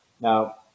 Now